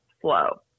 flow